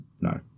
No